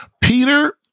Peter